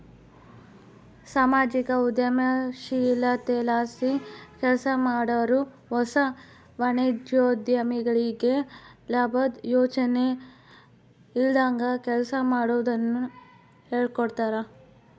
ಸಾಮಾಜಿಕ ಉದ್ಯಮಶೀಲತೆಲಾಸಿ ಕೆಲ್ಸಮಾಡಾರು ಹೊಸ ವಾಣಿಜ್ಯೋದ್ಯಮಿಗಳಿಗೆ ಲಾಬುದ್ ಯೋಚನೆ ಇಲ್ದಂಗ ಕೆಲ್ಸ ಮಾಡೋದುನ್ನ ಹೇಳ್ಕೊಡ್ತಾರ